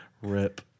Rip